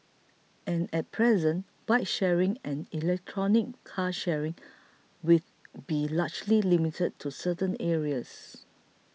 and at present bike sharing and electric car sharing with be largely limited to certain areas